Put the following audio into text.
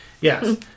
Yes